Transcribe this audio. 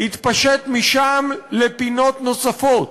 יתפשט משם לפינות נוספות,